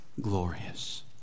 glorious